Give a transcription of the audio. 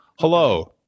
Hello